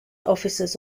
officers